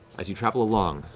as you travel along,